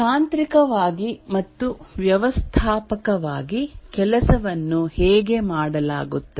ತಾಂತ್ರಿಕವಾಗಿ ಮತ್ತು ವ್ಯವಸ್ಥಾಪಕವಾಗಿ ಕೆಲಸವನ್ನು ಹೇಗೆ ಮಾಡಲಾಗುತ್ತದೆ